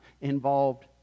involved